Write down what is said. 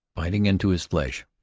biting into his flesh.